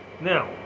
Now